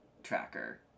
tracker